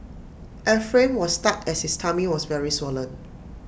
Ephraim was stuck as his tummy was very swollen